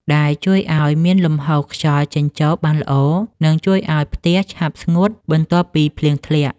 ដែលជួយឱ្យមានលំហូរខ្យល់ចេញចូលបានល្អ និងជួយឱ្យផ្ទះឆាប់ស្ងួតបន្ទាប់ពីភ្លៀងធ្លាក់។